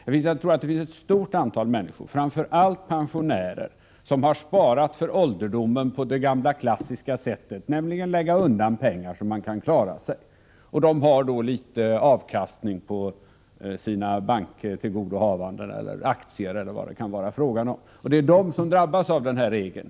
Jag tror emellertid att det finns ett stort antal människor, framför allt pensionärer, som har sparat för ålderdomen på det gamla klassiska sättet, nämligen genom att lägga undan pengar, så att man skall klara sig. De har då litet avkastning på sina banktillgodohavanden, aktier eller vad det kan vara fråga om. Det är dessa människor som drabbas = Nr 112 av den här regelj.